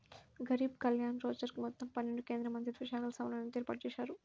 గరీబ్ కళ్యాణ్ రోజ్గర్ మొత్తం పన్నెండు కేంద్రమంత్రిత్వశాఖల సమన్వయంతో ఏర్పాటుజేశారు